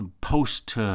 post